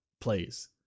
Please